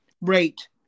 Right